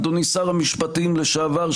אדוני שר המשפטים לשעבר,